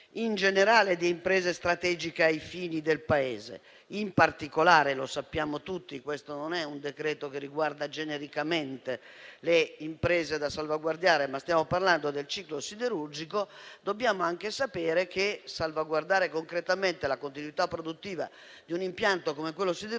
in generale, di imprese strategiche ai fini del Paese e, in particolare, sappiamo tutti che questo non è un decreto che riguarda genericamente le imprese da salvaguardare, ma riguarda il ciclo siderurgico, dobbiamo anche sapere che salvaguardare concretamente la continuità produttiva di un impianto come quello siderurgico